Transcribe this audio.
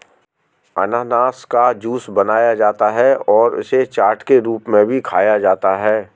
अनन्नास का जूस बनाया जाता है और इसे चाट के रूप में भी खाया जाता है